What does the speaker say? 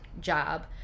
job